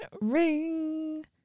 ring